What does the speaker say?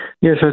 yes